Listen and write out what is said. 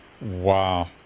Wow